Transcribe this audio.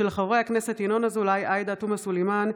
התשפ"ג 2022, שמספרה פ/457/25,